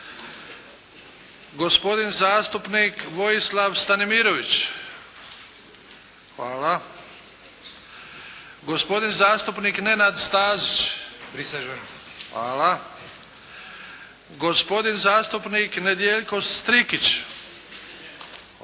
gospodin zastupnik Vojislav Stanimirović, gospodin zastupnik Nenad Stazić – prisežem, gospodin zastupnik Nedjeljko Strikić –